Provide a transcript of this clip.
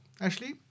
Ashley